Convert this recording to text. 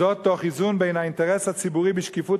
וזאת תוך איזון בין האינטרס הציבורי בשקיפות